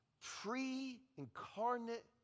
pre-incarnate